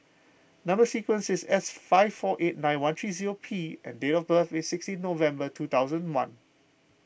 Number Sequence is S five four eight nine one three zero P and date of birth is sixteen November two thousand one